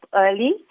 early